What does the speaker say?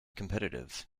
competitive